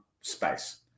space